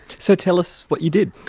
so tell us what you did.